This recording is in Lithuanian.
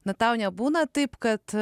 na tau nebūna taip kad